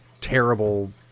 terrible